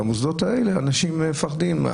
במוסדות האלה אנשים מפחדים.